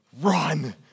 run